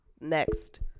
next